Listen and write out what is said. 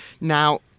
Now